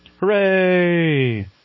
Hooray